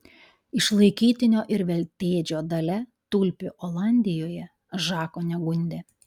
išlaikytinio ir veltėdžio dalia tulpių olandijoje žako negundė